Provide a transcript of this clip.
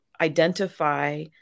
identify